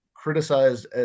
criticized